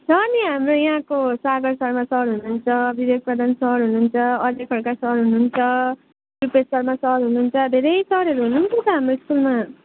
छ नि हाम्रो यहाँको सागर शर्मा सर हुनुहुन्छ विवेक प्रधान सर हुनुहुन्छ अजय खड्का सर हुनुहुन्छ रुपेश शर्मा सर हुनुहुन्छ धेरै सरहरू हुनुहुन्छ त हाम्रो स्कुलमा